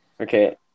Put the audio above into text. Okay